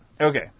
Okay